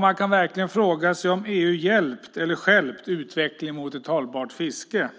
Man kan verkligen fråga sig om EU hjälpt eller stjälpt utvecklingen mot ett hållbart fiske.